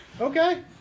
Okay